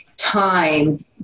time